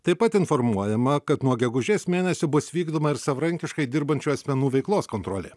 taip pat informuojama kad nuo gegužės mėnesio bus vykdoma ir savarankiškai dirbančių asmenų veiklos kontrolė